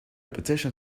petition